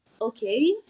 Okay